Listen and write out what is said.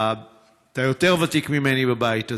אתה יותר ותיק ממני בבית הזה,